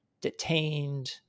detained